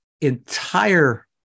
entire